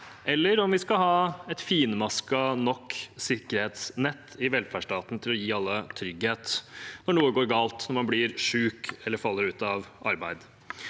eller om vi skal ha et finmasket nok sikkerhetsnett i velferdsstaten til å gi alle trygghet når noe går galt, når man blir syk eller faller ut av arbeid.